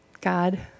God